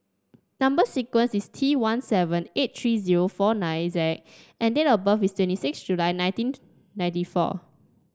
number sequence is T one seven eight three zero four nine Z and date of birth is twenty six July nineteen ninety four